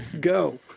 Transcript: Go